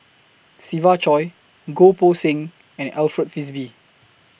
Siva Choy Goh Poh Seng and Alfred Frisby